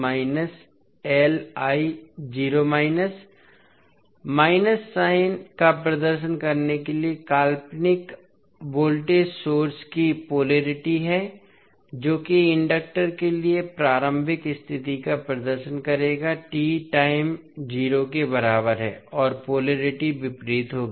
minus sign का प्रदर्शन करने के लिए काल्पनिक वोल्टेज सोर्स की पोलेरिटी है जो कि इंडक्टर के लिए प्रारंभिक स्थिति का प्रदर्शन करेगा t टाइम 0 के बराबर है और पोलेरिटी विपरीत होगी